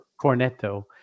cornetto